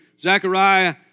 Zechariah